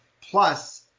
Plus